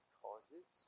causes